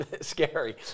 Scary